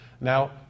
Now